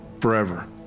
forever